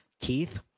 Keith